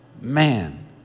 man